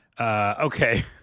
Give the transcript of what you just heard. Okay